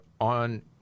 on